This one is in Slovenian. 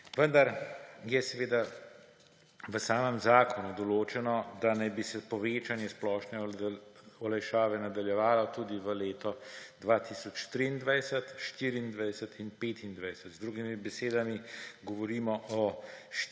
Vendar je v samem zakonu določeno, da naj bi se povečanje splošne olajšave nadaljevalo tudi v leto 2023, 2024 in 2025. Z drugimi besedami, govorimo o